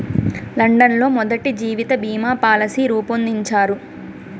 London లో మొదటి జీవిత బీమా పాలసీ రూపొందించారు